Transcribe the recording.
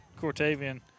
Cortavian